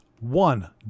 one